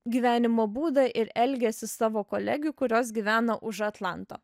gyvenimo būdą ir elgesį savo kolegių kurios gyvena už atlanto